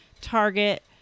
target